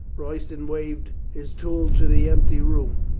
royston waved his tool to the empty room.